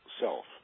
self